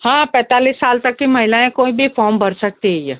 हाँ पैंतालीस साल तक की महिलाएं कोई भी फॉर्म भर सकती हैं